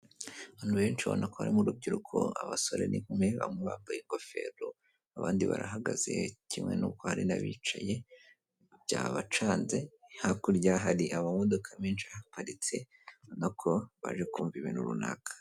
Abantu benshi urabona ko harimo urubyiruko abasore n'inkumi, bambaye ingofero abandi barahagaze, kimwe n'uko hari abicaye byabacanze, hakurya hari amamodoka menshi haparitse ubona ko baje kumva ibintu runaka.